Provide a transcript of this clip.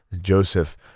Joseph